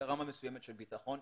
ברמה מסוימת של ביטחון,